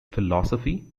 philosophy